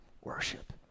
worship